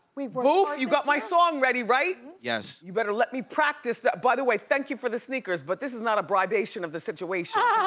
boof, you've got my song ready, right? yes. you better let me practice that. by the way, thank you for the sneakers but this is not a bribation of the situation. ah